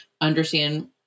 understand